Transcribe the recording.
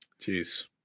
Jeez